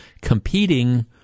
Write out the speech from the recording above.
competing